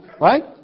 right